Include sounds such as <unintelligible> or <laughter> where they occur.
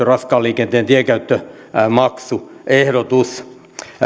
<unintelligible> raskaan liikenteen tienkäyttömaksuehdotus